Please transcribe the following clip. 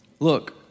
Look